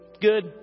Good